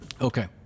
okay